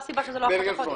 זו הסיבה שזה לא אחת לחודש.